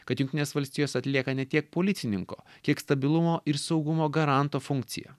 kad jungtinės valstijos atlieka ne tiek policininko kiek stabilumo ir saugumo garanto funkciją